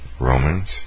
Romans